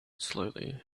slowly